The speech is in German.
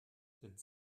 sind